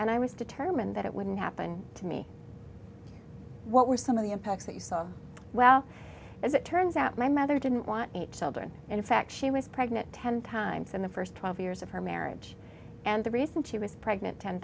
and i was determined that it wouldn't happen to me what were some of the impacts that you saw well as it turns out my mother didn't want eight children in fact she was pregnant ten times in the first twelve years of her marriage and the reason she was pregnant ten